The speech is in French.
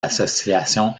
association